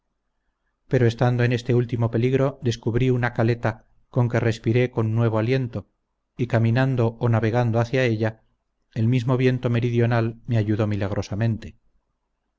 pero estando en este último peligro descubrí una caleta con que respiré con nuevo aliento y caminando o navegando hacia ella el mismo viento meridional me ayudó milagrosamente